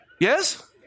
Yes